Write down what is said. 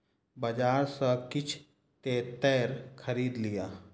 बजार सॅ किछ तेतैर खरीद लिअ